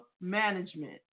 management